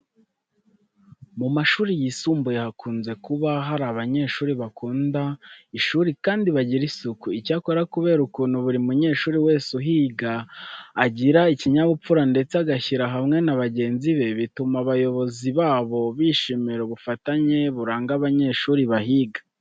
Mu mashuri yisumbuye hakunze kuba hari abanyeshuri bakunda ishuri kandi bagira isuku. Icyakora kubera ukuntu buri munyeshuri wese uhiga agira ikinyabupfura ndetse agashyira hamwe na bagenzi be, bituma abayobozi babo bishimira ubufatanye buranga abanyeshuri bahiga.